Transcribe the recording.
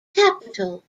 capital